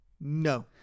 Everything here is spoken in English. No